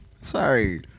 Sorry